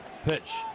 pitch